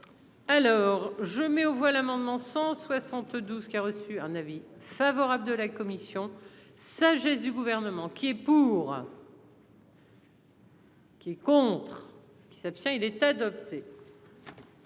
Alors je mets aux voix l'amendement 172 qui a reçu un avis favorable de la commission sagesse du gouvernement qui est pour. Qui est contre. Il s'abstient il est adopté.